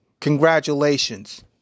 Congratulations